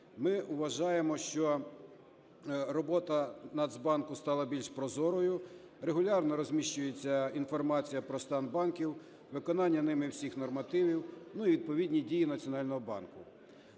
Ми вважаємо, що робота Нацбанку стала більш прозорою. Регулярно розміщується інформація про стан банків, виконання ними всіх нормативів, ну, і відповідні дії Національного банку.